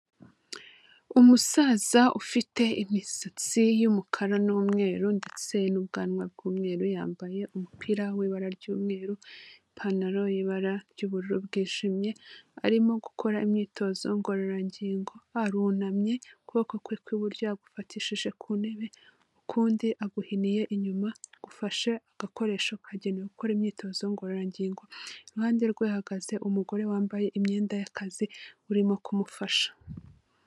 Umusaza ufite imisatsi y'umukara n'umweru ndetse n'ubwanwa bw'mweru, yambaye umupira w'ibara ry'umweru, ipantaro y'ibara ry'ubururu bwijimye arimo gukora imyitozo ngororangingo, arunamye ukuboko kwe kw'iburyo yagufatishije ku ntebe, ukundi yaguhiniye inyuma gufashe agakoresho kagenewe gukora imyitozo ngororangingo, iruhande rwe hahagaze umugore wambaye imyenda y'akazi urimo kumufasha.